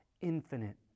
infinite